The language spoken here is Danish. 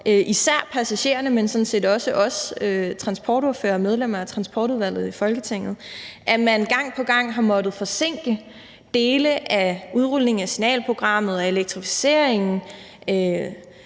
især passagererne, men sådan set også os transportordførere og medlemmer af Transportudvalget i Folketinget, altså at man gang på gang har måttet forsinke dele af udrulningen af signalprogrammet og elektrificeringen,